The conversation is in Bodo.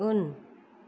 उन